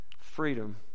Freedom